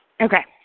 Okay